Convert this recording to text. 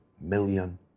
million